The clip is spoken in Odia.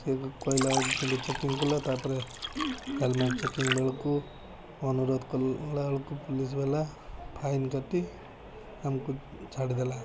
ସେ କହିଲା ବେଳକୁ କିନ୍ତୁ ଚେକିଂ କଲା ତା'ପରେ ହେଲମେଟ୍ ଚେକିଂ ବେଳକୁ ଅନୁରୋଧ କଲାବେଳକୁ ପୋଲିସବାଲା ଫାଇନ୍ କାଟି ଆମକୁ ଛାଡ଼ିଦେଲା